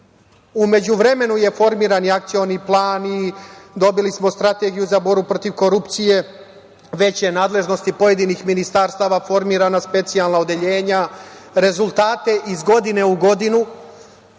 međuvremenu je formiran i akcioni plan i dobili smo strategiju za borbu protiv korupcije, veće nadležnosti pojedinih ministarstava, formirana specijalna odeljenja, rezultate iz godine u godinu